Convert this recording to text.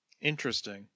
Interesting